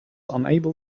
unable